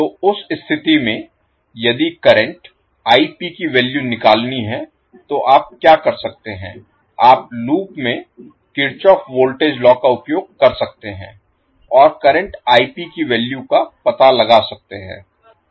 तो उस स्थिति में यदि करंट Ip की वैल्यू निकालनी है तो आप क्या कर सकते हैं आप लूप में किरचॉफ वोल्टेज लॉ का उपयोग कर सकते हैं और करंट Ip की वैल्यू का पता लगा सकते हैं